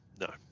No